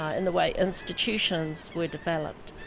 ah in the way institutions were developed,